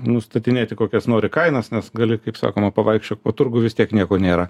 nustatinėti kokias nori kainas nes gali kaip sakoma pavaikščiok po turgų vis tiek nieko nėra